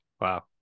Wow